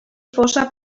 fosa